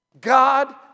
God